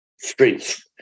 strength